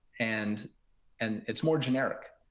and and it's more generic.